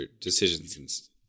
decisions